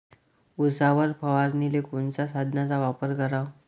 उसावर फवारनीले कोनच्या साधनाचा वापर कराव?